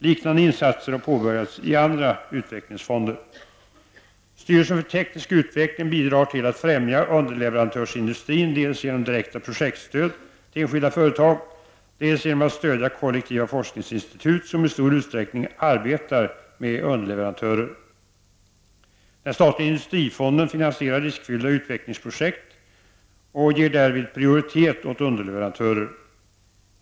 Liknande insatser har påbörjats av andra utvecklingsfonder. Styrelsen för teknisk utveckling bidrar till att främja underleverantörsindustrin dels genom direkta projektstöd till enskilda företag, dels genom att stödja kollektiva forskningsinstitut som i stor utsträckning arbetar med underleverantörer. Den statliga Industrifonden finansierar riskfyllda utvecklingsprojekt och ger därvid prioritet åt underleverantörer.